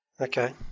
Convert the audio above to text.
Okay